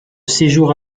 séjour